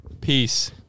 Peace